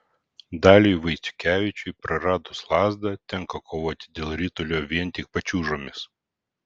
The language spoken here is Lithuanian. daliui vaiciukevičiui praradus lazdą tenka kovoti dėl ritulio vien tik pačiūžomis